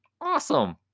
Awesome